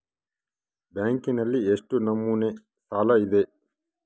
ಬ್ಯಾಂಕಿನಲ್ಲಿ ಎಷ್ಟು ನಮೂನೆ ಸಾಲ ಇದೆ?